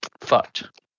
fucked